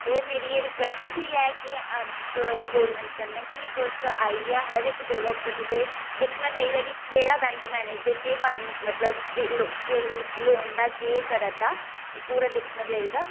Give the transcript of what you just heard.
ते मेरी एह् रिक्वेस्ट बी ऐ के मेरी तुस गौरमेंट कन्नै की तुस हर इक्क जगह पर तुसें दिक्खना चाहिदा की केह्ड़ा बैंक मैनेजर केह् कम्म मतलब लोन दा केह् करा दा पूरा दिक्खना चाहिदा